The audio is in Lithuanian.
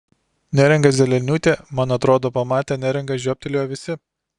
neringa zeleniūtė man atrodo pamatę neringą žiobtelėjo visi